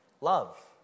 Love